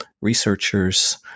researchers